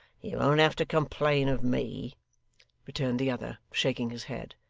you won't have to complain of me returned the other, shaking his head.